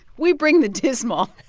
we bring the dismal